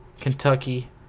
Kentucky